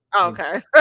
okay